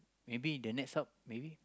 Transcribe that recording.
maybe the next up maybe